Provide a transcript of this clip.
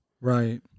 Right